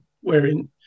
wherein